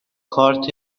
کارت